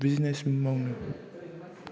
business मावनो